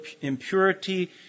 impurity